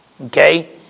Okay